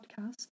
podcast